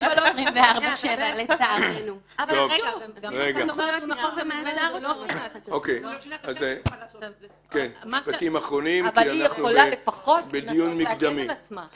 אבל --- זה לא פיקוח 24/7. --- היא יכולה לפחות לנסות להגן על עצמה,